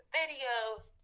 videos